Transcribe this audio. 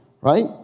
right